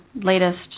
latest